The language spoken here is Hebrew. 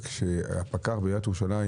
וכשהפקח בעיריית ירושלים